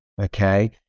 okay